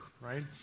right